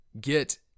get